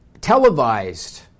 televised